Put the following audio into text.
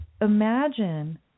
imagine